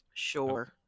Sure